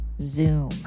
Zoom